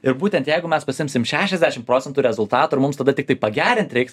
ir būtent jeigu mes pasiimsim šešiasdešim procentų rezultatų ir mums tada tiktai pagerinti reiks